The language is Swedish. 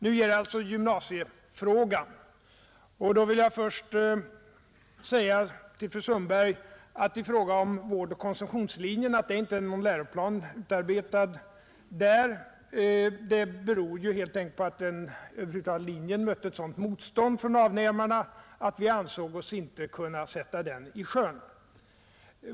Nu gäller det alltså gymnasieskolan. Jag vill då börja med att säga till fru Sundberg att det förhållandet att det inte är någon läroplan utarbetad för vårdoch konsumtionslinjen beror på att den linjen mötte ett sådant motstånd från avnämarna att vi inte ansåg oss kunna sätta den i sjön.